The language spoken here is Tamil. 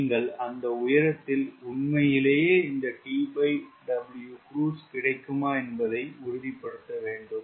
நீங்கள் அந்த உயரத்தில் உண்மையிலே இந்த TWcruise கிடைக்குமா என்பதை உறுதிப்படுத்த வேண்டும்